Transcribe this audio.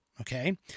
okay